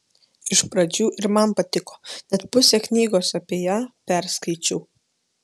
iš pradžių ir man patiko net pusę knygos apie ją perskaičiau